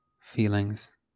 feelings